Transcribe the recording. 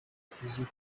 twizeye